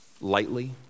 lightly